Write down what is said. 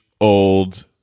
old